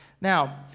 now